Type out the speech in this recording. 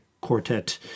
Quartet